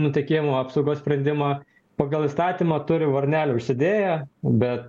nutekėjimo apsaugos sprendimą pagal įstatymą turi varnelę užsidėję bet